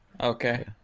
okay